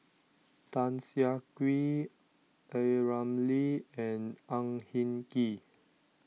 Tan Siah Kwee A Ramli and Ang Hin Kee